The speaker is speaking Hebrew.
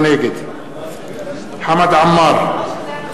נגד חמד עמאר,